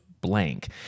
blank